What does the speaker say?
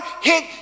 hit